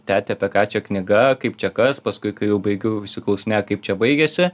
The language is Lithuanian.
tete apie ką čia knyga kaip čia kas paskui kai jau baigiu išsiklausinėja kaip čia baigiasi